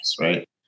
Right